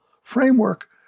framework